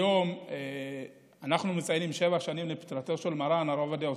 היום אנחנו מציינים שבע שנים לפטירתו של מרן הרב עובדיה יוסף,